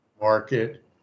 market